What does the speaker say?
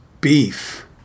beef